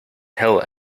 tell